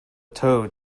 toad